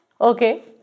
Okay